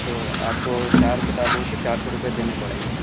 تو آپ کو چار کتابوں کے چار سو روپئے دینے پڑیں گے